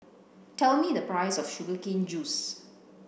tell me the price of sugar cane juice